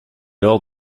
lors